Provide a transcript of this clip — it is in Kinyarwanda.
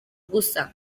gusa